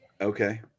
Okay